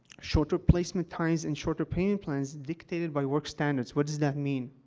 shorter placement times and shorter payment plans dictated by work standards. what does that mean?